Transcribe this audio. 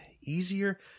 easier